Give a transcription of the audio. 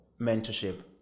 mentorship